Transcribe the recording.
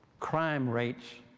crime rates